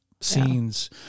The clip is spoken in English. scenes